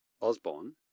Osborne